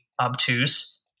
obtuse